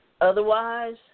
Otherwise